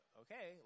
okay